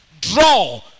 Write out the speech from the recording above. Draw